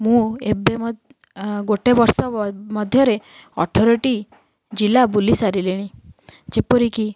ମୁଁ ଏବେ ଗୋଟେ ବର୍ଷ ମଧ୍ୟରେ ଅଠରଟି ଜିଲ୍ଲା ବୁଲି ସାରିଲିଣି ଯେପରିକି